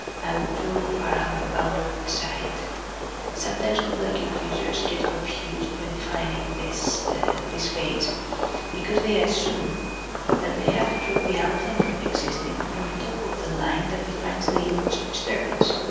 i will draw around the boundary of the site sometimes kubla cubed users get confused when defining this this phase because they assume that they have to draw the outline for the existing on top of the line that defines the limits of disturbance.